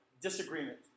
disagreement